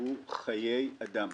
הוא חיי אדם,